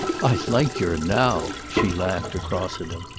i like your now! she laughed across at him.